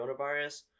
coronavirus